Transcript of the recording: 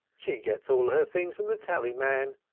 she gets all her things from the tallyman.